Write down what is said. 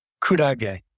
kudage